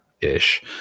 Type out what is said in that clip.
ish